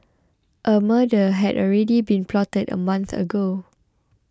a murder had already been plotted a month ago